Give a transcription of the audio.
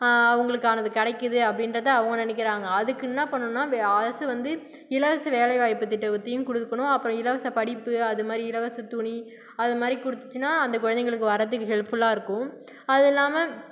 அவங்களுக்கானது கிடைக்குது அப்படின்றத அவங்க நினைக்குறாங்க அதுக்கு என்னா பண்ணணுன்னா அரசு வந்து இலவச வேலைவாய்ப்பு திட்டத்தையும் கொடுக்கனும் அப்புறம் இலவச படிப்பு அது மாதிரி இலவச துணி அத மாதிரி கொடுத்துச்சின்னா அந்த குழந்தைங்களுக்கு வரதுக்கு ஹெல்ஃப்ஃபுல்லாக இருக்கும் அது இல்லாமல்